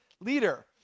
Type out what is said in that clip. leader